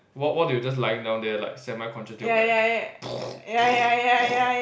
while while they were just lying down there like semi conscious they'll be like